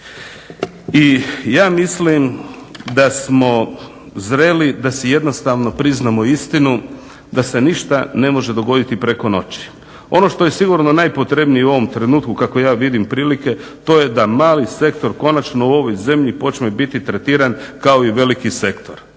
i ja mislim da smo zreli da se jednostavno priznamo istinu da se ništa ne može dogoditi preko noći. Ono što je sigurno najpotrebnije u ovom trenutku kako ja vidim prilike to je da mali sektor konačno u ovoj zemlji počne biti tretiran kao i veliki sektor.